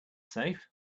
safe